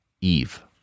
eve